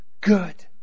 good